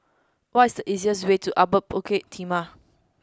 what is the easiest way to Upper Bukit Timah